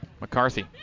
McCarthy